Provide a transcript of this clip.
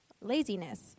Laziness